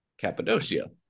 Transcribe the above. Cappadocia